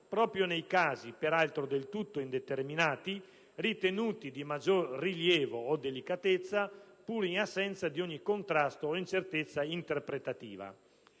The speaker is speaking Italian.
proprio nei casi, peraltro del tutto indeterminati, ritenuti di maggior rilievo o delicatezza, pur in assenza di ogni contrasto o incertezza interpretativa.